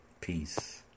Peace